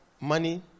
money